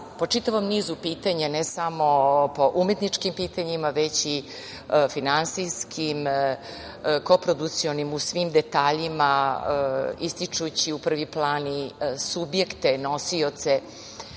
po čitavom nizu pitanja, ne samo po umetničkim pitanjima, već i finansijskim koprodukcionim u svim detaljima, ističući u prvi plan i subjekte nosioce